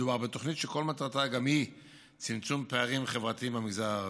מדובר בתוכנית שכל מטרתה היא צמצום פערים חברתיים במגזר הערבי.